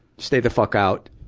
stay the fuck out